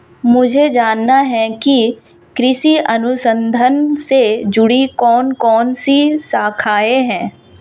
मुझे जानना है कि कृषि अनुसंधान से जुड़ी कौन कौन सी शाखाएं हैं?